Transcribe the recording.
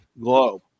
globe